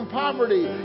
poverty